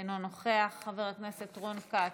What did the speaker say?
אינו נוכח, חבר הכנסת רון כץ,